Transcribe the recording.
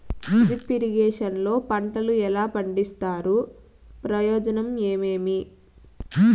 Drip irrigation లో పంటలు ఎలా పండిస్తారు ప్రయోజనం ఏమేమి?